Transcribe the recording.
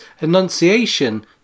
enunciation